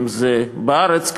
אם בארץ,